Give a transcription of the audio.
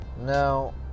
Now